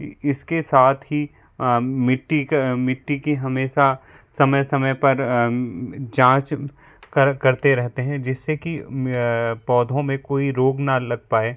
इसके साथ ही मिट्टी का मिट्टी की हमेशा समय समय पर जाँच करते रहते हैं जिससे कि पौधों में कोई रोग न लग पाए